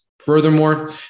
Furthermore